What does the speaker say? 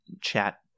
chat